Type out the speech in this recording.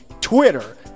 Twitter